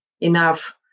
enough